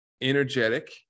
Energetic